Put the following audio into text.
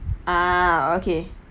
ah okay